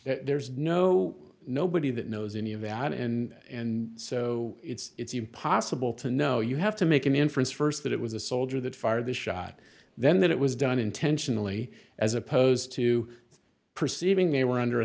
person there's no nobody that knows any of that and and so it's impossible to know you have to make an inference st that it was a soldier that fired the shot then that it was done intentionally as opposed to perceiving they were under